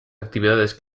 actividades